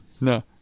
No